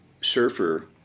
Surfer